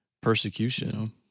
persecution